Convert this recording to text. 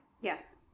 Yes